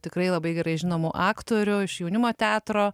tikrai labai gerai žinomų aktorių iš jaunimo teatro